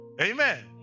Amen